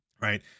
Right